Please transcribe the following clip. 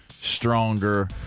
stronger